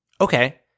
okay